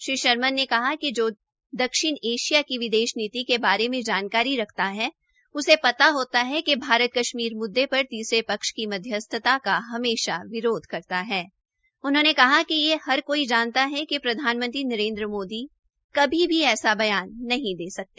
Shri Sherman ने कहा कि जो दक्षिण एशिया की विदेश नीति के बारे में जानकारी रखता ह उसे पता होता ह भारत कश्मीर मुद्दे पर तीसरे पक्ष की मध्यस्थ का हमेशा विरोध करता ह उन्होंने कहा कि हर कोई जानता ह कि प्रधानमंत्री नरेन्द्र मोदी कभी भी ऐसा बयान नहीं दे सकते